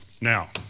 Now